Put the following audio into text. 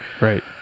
Right